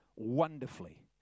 Wonderfully